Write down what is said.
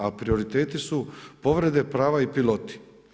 A prioriteti su povrede prava i piloti.